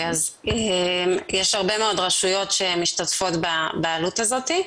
אז יש הרבה מאוד רשויות שמשתתפות בעלות הזאתי,